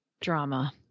drama